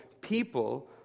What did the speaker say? people